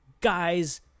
Guys